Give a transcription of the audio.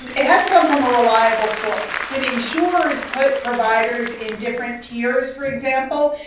and it has to come from a reliable source. when insurers put providers in different tiers, for example,